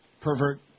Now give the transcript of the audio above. Pervert